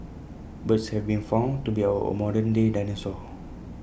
birds have been found to be our modern day dinosaurs